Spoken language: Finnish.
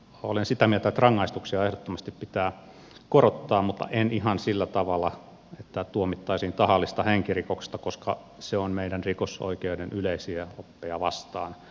olen sitä mieltä että rangaistuksia ehdottomasti pitää korottaa mutta ei ihan sillä tavalla että tuomittaisiin tahallisesta henkirikoksesta koska se on meidän rikosoikeutemme yleisiä oppeja vastaan